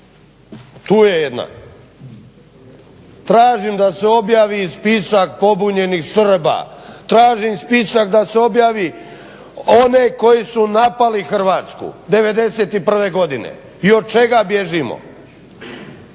tu je jedna. Tražim da se objavi i spisak pobunjenih Srba, tražim spisak da se objavi one koji su napali Hrvatsku '91. godine. I od čega bježimo,